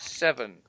seven